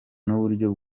n’uburyo